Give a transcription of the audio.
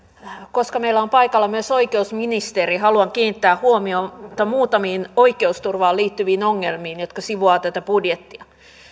koska meillä on paikalla myös oikeusministeri haluan kiinnittää huomiota muutamiin oikeusturvaan liittyviin ongelmiin jotka sivuavat tätä budjettia